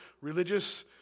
religious